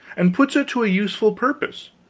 and puts it to a useful purpose,